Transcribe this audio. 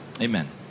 Amen